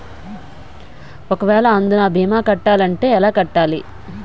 ఒక వేల అందునా భీమా కట్టాలి అంటే ఎలా కట్టాలి?